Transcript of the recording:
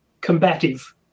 combative